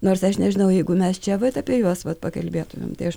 nors aš nežinau jeigu mes čia vat apie juos vat pakalbėtumėm tai aš